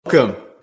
Welcome